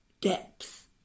depth